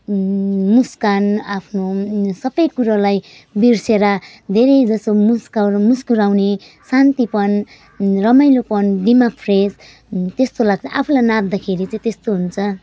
मुस्कान आफ्नो सबै कुरोलाई बिर्सेर धेरैजसो मुस्काउनु मुस्कुराउने शान्तिपन रमाइलोपन दिमाग फ्रेस त्यस्तो लाग्छ आफूलाई नाच्दाखेरि चाहिँ त्यस्तो हुन्छ